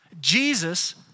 Jesus